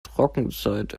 trockenzeit